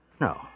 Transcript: No